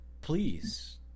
please